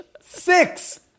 Six